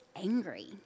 angry